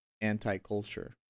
anti-culture